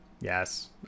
Yes